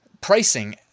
Pricing